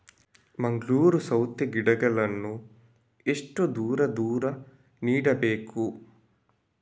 ಮಂಗಳೂರು ಸೌತೆ ಗಿಡಗಳನ್ನು ಎಷ್ಟು ದೂರ ದೂರ ನೆಡಬೇಕು?